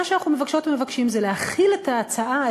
מה שאנחנו מבקשות ומבקשים זה להחיל את ההצעה,